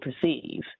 perceive